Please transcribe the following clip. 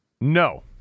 No